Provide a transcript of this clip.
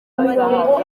mirongo